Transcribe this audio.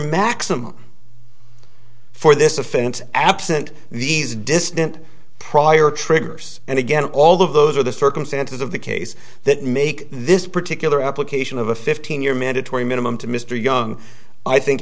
maximum for this offense absent these distant prior triggers and again all of those are the circumstances of the case that make this particular application of a fifteen year mandatory minimum to mr young i think